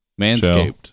Manscaped